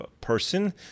person